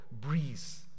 breeze